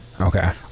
Okay